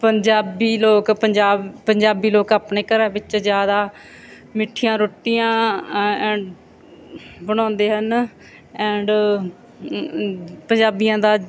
ਪੰਜਾਬੀ ਲੋਕ ਪੰਜਾਬ ਪੰਜਾਬੀ ਲੋਕ ਆਪਣੇ ਘਰਾਂ ਵਿੱਚ ਜ਼ਿਆਦਾ ਮਿੱਠੀਆਂ ਰੋਟੀਆਂ ਬਣਾਉਂਦੇ ਹਨ ਐਂਡ ਪੰਜਾਬੀਆਂ ਦਾ